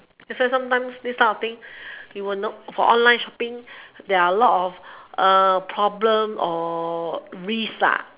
that's why sometimes this kind of things you will know for online shopping there are a lot of problems or risks